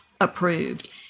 approved